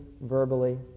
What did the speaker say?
verbally